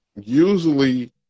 usually